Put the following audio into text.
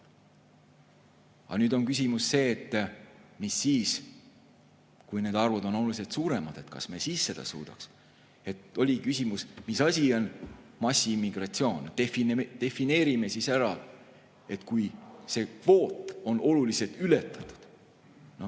Aga nüüd on küsimus, mis siis, kui need arvud on oluliselt suuremad, kas me siis seda suudaks. Oli küsimus, mis asi on massiimmigratsioon. Defineerime siis ära: kui see kvoot on oluliselt ületatud –